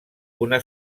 una